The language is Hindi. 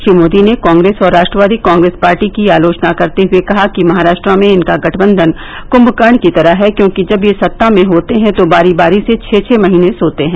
श्री मोदी ने कांग्रेस और राष्ट्रवादी कांग्रेस पार्टी की आलोचना करते हए कहा कि महाराष्ट्र में इनका गठबंधन कभकर्ण की तरह है क्योंकि जब ये सत्ता में होते हैं तो बारी बारी से छह छह महीने सोते हैं